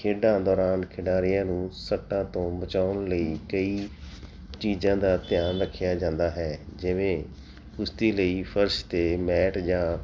ਖੇਡਾਂ ਦੌਰਾਨ ਖਿਡਾਰੀਆਂ ਨੂੰ ਸੱਟਾਂ ਤੋਂ ਬਚਾਉਣ ਲਈ ਕਈ ਚੀਜ਼ਾਂ ਦਾ ਧਿਆਨ ਰੱਖਿਆ ਜਾਂਦਾ ਹੈ ਜਿਵੇਂ ਉਸ ਦੇ ਲਈ ਫਰਸ਼ 'ਤੇ ਮੈਟ ਜਾਂ